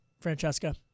Francesca